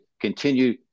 continue